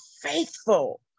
faithful